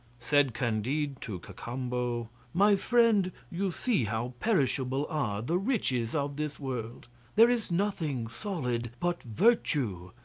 said candide to cacambo my friend, you see how perishable are the riches of this world there is nothing solid but virtue,